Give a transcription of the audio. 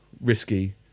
risky